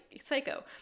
Psycho